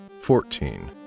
fourteen